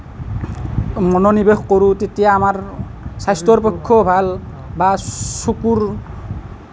মনোনিৱেশ কৰোঁ তেতিয়া আমাৰ স্বাস্থ্যৰ পক্ষেও ভাল বা চকুৰ